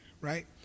right